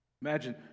Imagine